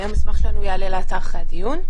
המסמך שלנו יעלה לאתר אחרי הדיון.